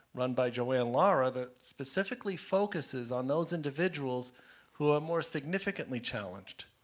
run by joanne laura that specifically focuses on those individuals who are more significantly challenged.